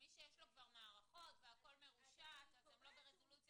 שמי שיש לו כבר מערכות והכל מרושת אז הם לא ברזולוציה